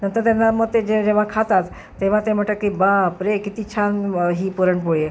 नंतर त्यांना मग ते जे जेव्हा खातात तेव्हा ते म्हणतात की बापरे किती छान ही पुरणपोळी आहे